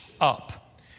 up